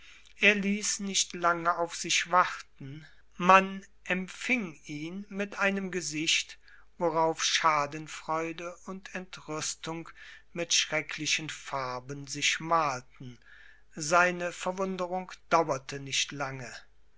er ließ nicht lange auf sich warten man empfing ihn mit einem gesicht worauf schadenfreude und entrüstung mit schrecklichen farben sich malten seine verwunderung dauerte nicht lang